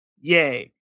Yay